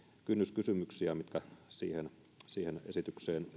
kynnyskysymyksiä mitkä siihen esitykseen